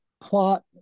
plot